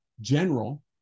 general